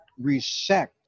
resect